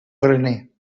graner